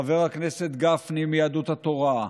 חבר הכנסת גפני מיהדות התורה,